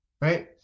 right